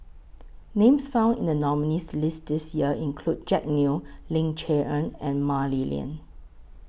Names found in The nominees' list This Year include Jack Neo Ling Cher Eng and Mah Li Lian